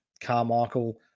Carmichael